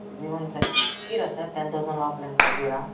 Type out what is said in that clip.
వీవోనా sir తగ్గియ్యరా sir ten thousand లోపల ఏమన్నా తగ్గియ్యరా